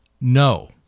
no